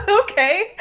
okay